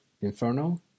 Inferno